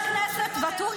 לחברת הכנסת שלי טלי מירון.